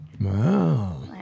Wow